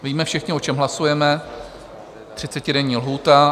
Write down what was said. Víme všichni, o čem hlasujeme, třicetidenní lhůta.